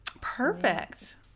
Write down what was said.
Perfect